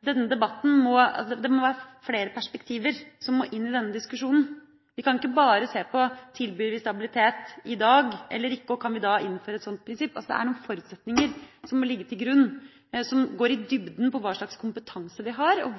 vi da kan innføre et sånt prinsipp. Det er noen forutsetninger som må ligge til grunn, som går i dybden på hva slags kompetanse vi har, og